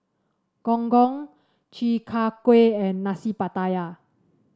Gong Gong Chi Kak Kuih and Nasi Pattaya